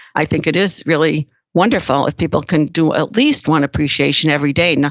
i think it is really wonderful if people can do at least one appreciation every day. and